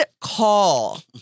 call